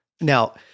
Now